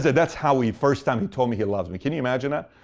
that's how he first time he told me he loved me. can you imagine that?